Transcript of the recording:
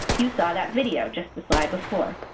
you saw that video just a slide before.